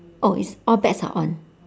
oh it's all bets are on